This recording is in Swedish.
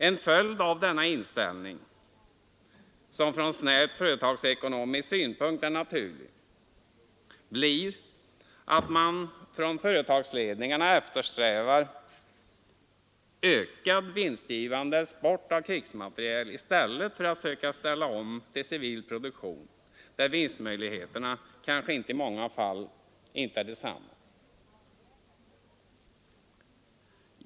En följd av denna inställning — som från snävt företagsekonomisk synpunkt är naturlig — blir att man från företagsledningarna eftersträvar ökad vinstgivande export av krigsmateriel i stället för att söka ställa om till civil produktion där vinstmöjligheterna kanske i många fall inte är desamma.